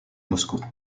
moscou